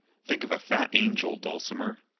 think of a fat angel, dulcimer!